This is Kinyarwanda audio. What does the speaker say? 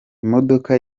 imodoka